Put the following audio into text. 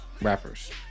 rappers